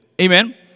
Amen